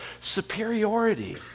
superiority